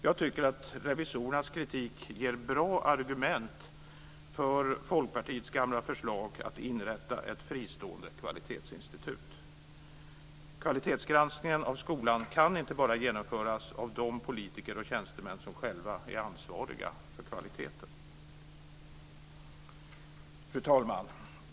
Jag tycker att revisorernas kritik ger bra argument för Folkpartiets gamla förslag om att inrätta ett fristående kvalitetsinstitut. Kvalitetsgranskningen av skolan kan inte bara genomföras av de politiker och tjänstemän som själva är ansvariga för kvaliteten. Fru talman!